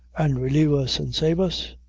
and relieve us, and save us?